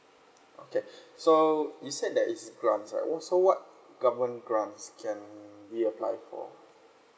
okay so you said there is grants right what so what government grants can be applied for